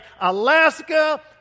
Alaska